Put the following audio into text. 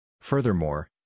Furthermore